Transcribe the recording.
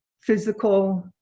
physical,